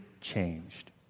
changed